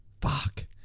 Fuck